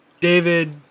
David